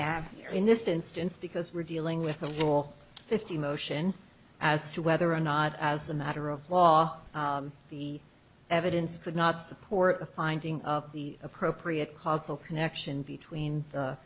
have in this instance because we're dealing with a little fifty motion as to whether or not as a matter of law the evidence could not support the finding of the appropriate causal connection between